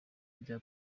rya